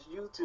YouTube